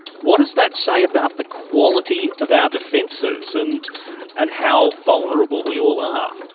what does that say about the quality of our defences, and and how vulnerable we all are?